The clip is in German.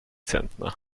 zentner